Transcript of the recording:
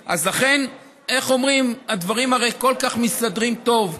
הדברים הרי כל כך מסתדרים טוב.